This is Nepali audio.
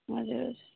हजुर